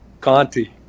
Conti